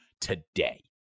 today